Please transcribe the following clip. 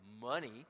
money